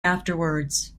afterwards